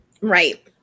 right